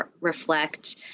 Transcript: reflect